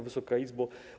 Wysoka Izbo!